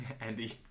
Andy